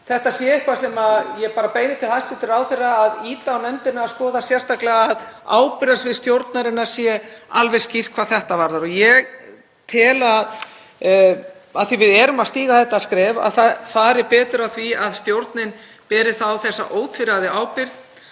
Þetta er eitthvað sem ég beini til hæstv. ráðherra að ýta á nefndina að skoða sérstaklega, þ.e. að ábyrgðarsvið stjórnarinnar sé alveg skýrt hvað þetta varðar. Ég tel, af því að við erum að stíga þetta skref, að það fari betur á því að stjórnin beri þá þessa ótvíræðu ábyrgð